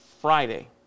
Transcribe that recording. friday